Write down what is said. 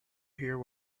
hear